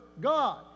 God